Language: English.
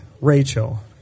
Rachel